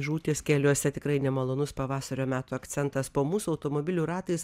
žūtys keliuose tikrai nemalonus pavasario metų akcentas po mūsų automobilių ratais